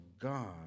God